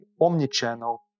omni-channel